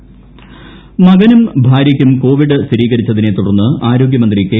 ശൈലജ ക്വാറന്റൈനിൽ മകനും ഭാര്യയ്ക്കും കോവിഡ് സ്ഥിരീകരിച്ചതിനെ തുടർന്ന് ആരോഗൃമന്ത്രി കെ